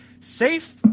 Safe